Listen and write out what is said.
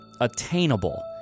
attainable